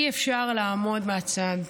אי-אפשר לעמוד מהצד,